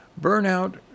Burnout